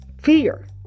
Fear